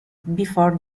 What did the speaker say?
before